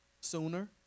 sooner